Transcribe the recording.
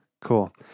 cool